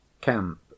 CAMP